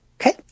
Okay